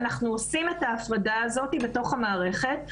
אנחנו עושים את ההפרדה הזאת בתוך המערכת,